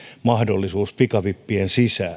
mahdollisuus pikavippien